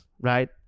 right